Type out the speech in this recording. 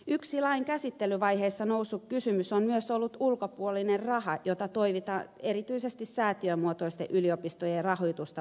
yksi lain käsittelyvaiheessa noussut kysymys on myös ollut ulkopuolinen raha jota toivotaan erityisesti säätiömuotoisten yliopistojen rahoitusta vahvistamaan